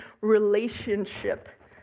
relationship